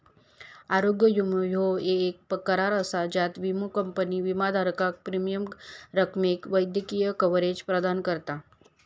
आरोग्य विमो ह्यो येक करार असा ज्यात विमो कंपनी विमाधारकाक प्रीमियम रकमेक वैद्यकीय कव्हरेज प्रदान करता